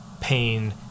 pain